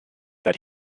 that